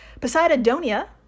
Poseidonia